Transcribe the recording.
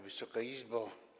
Wysoka Izbo!